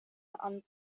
umpired